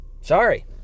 Sorry